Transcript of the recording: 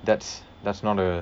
that's that's not a